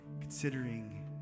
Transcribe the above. considering